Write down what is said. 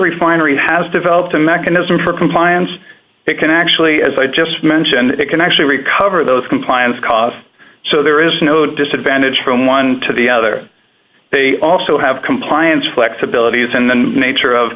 refinery has developed a mechanism for compliance it can actually as i just mentioned it can actually recover those compliant cars so there is no disadvantage from one to the other they also have compliance flexibility then the nature of